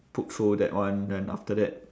pulled through that one then after that